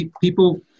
people